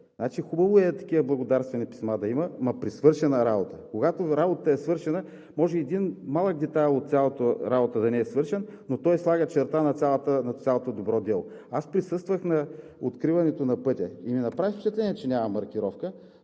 Хубаво е да има такива благодарствени писма, ама при свършена работа. Когато работа е свършена, може един малък детайл от цялата работа да не е свършен, но той слага черта на цялото добро дело. Аз присъствах на откриването на пътя и ми направи впечатление, че няма маркировка,